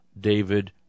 David